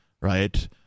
right